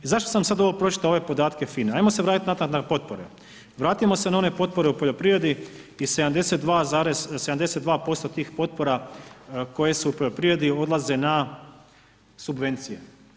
I zašto sam sad ovo pročitao, ove podatke FINA-e, ajmo se vratiti natrag na potpore, vratimo se na one potpore u poljoprivredi i 72 zarez, 72% tih potpora koje su u poljoprivredi odlaze na subvencije.